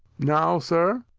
now, sir?